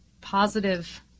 positive